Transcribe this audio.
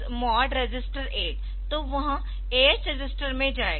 तो AX MOD तो वह AH रजिस्टर में जाएगा